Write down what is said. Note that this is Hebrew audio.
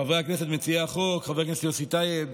חברי הכנסת מציעי החוק, חבר הכנסת יוסי טייב,